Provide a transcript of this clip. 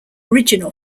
original